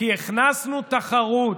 כי הכנסנו תחרות.